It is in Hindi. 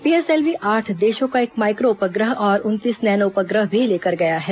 पी एसएलवी आठ देशों का एक माइक्रो उपग्रह और उनतीस नैनो उपग्रह भी लेकर गया है